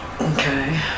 Okay